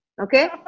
Okay